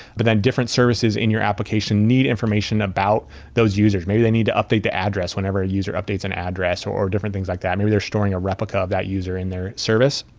but then different services in your application need information about those users. maybe they need to update the address whenever a user updates an address or different things like that. maybe they're storing a replica of that user in their service.